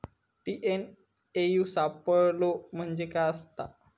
TNAU सापलो म्हणजे काय असतां?